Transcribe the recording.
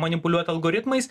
manipuliuot algoritmais